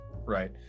right